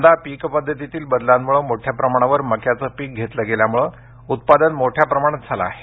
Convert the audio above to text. यंदा पीक पद्धतीतील बदलांमुळे मोठ्या प्रमाणावर मक्याचं पीक घेतलं गेल्यामुळे उत्पादन मोठ्या प्रमाणात झाल आहे